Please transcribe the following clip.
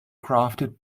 crafted